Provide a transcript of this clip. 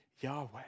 Yahweh